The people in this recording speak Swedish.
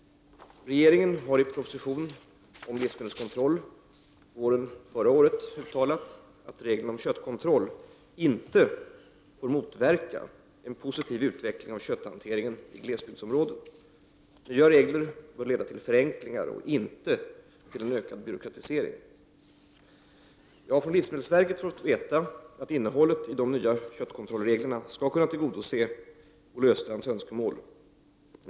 Regeringen har i sin proposition om livsmedelskontroll våren 1989 uttalat att reglerna om köttkontroll inte får motverka en positiv utveckling av kötthanteringen i glesbygdsområden. Nya regler bör leda till förenklingar och inte till en ökad byråkratisering. Jag har från livsmedelsverket fått veta att innehållet i de nya köttkontrollreglerna skall kunna tillgodose Olle Östrands önskemål.